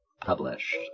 published